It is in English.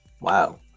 Wow